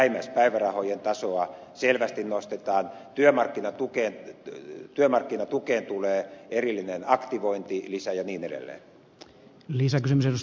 samoin vähimmäispäivärahojen tasoa selvästi nostetaan työmarkkinatukeen tulee erillinen aktivointilisä ja niin edelleen